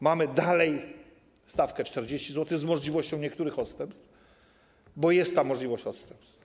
Mamy stawkę 40 zł z możliwością niektórych odstępstw, bo jest ta możliwość odstępstw.